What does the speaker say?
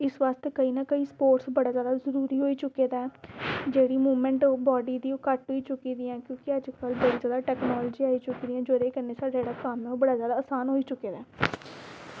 इस बास्तै स्पोटर्स बड़ा जरूरी होई चुक्के दा ऐ ते जेह्ड़ी बॉडी काफी होई चुकी दी ऐ क्योंकि अजकल्ल बड़ी जादा टेक्नोलॉज़ी आई चुक्की दी जेह्दे कन्नै जेह्ड़ा कम्म ऐ ओह् बड़ा आसान होई चुक्के दा